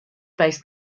based